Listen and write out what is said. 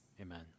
Amen